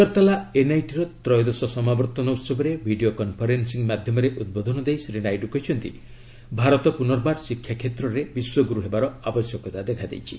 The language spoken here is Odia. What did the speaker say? ଅଗରତାଲା ଏନ୍ଆଇଟିର ତ୍ରୟୋଦଶ ସମାବର୍ତ୍ତନ ଉହବରେ ଭିଡ଼ିଓ କନ୍ଫରେନ୍ସିଂ ମାଧ୍ୟମରେ ଉଦ୍ବୋଧନ ଦେଇ ଶ୍ରୀ ନାଇଡୁ କହିଛନ୍ତି ଭାରତ ପୁନର୍ବାର ଶିକ୍ଷା କ୍ଷେତ୍ରରେ ବିଶ୍ୱଗୁରୁ ହେବାର ଆବଶ୍ୟକତା ଦେଖା ଦେଇଛି